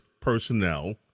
personnel